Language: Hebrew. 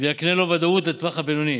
ולהקנות לו ודאות לטווח הבינוני,